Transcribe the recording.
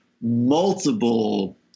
multiple